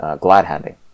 glad-handing